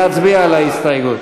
להצביע על ההסתייגות.